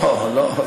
לא, לא.